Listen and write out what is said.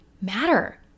matter